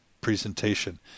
presentation